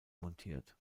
montiert